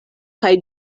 kaj